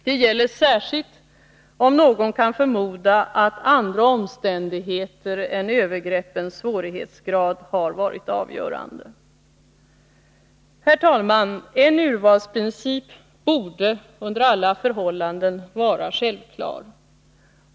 Det gäller särskilt, om någon kan förmoda att andra omständigheter än övergreppens svårighetsgrad har varit avgörande. Herr talman! En urvalsprincip borde under alla förhållanden vara självklar.